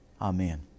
Amen